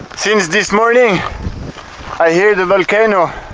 since this morning i hear the volcano